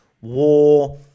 war